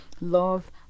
love